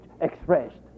expressed